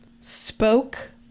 spoke